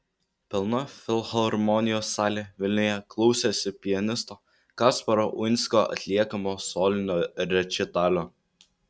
pilna filharmonijos salė vilniuje klausėsi pianisto kasparo uinsko atliekamo solinio rečitalio